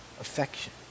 affection